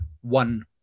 one